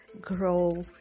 grow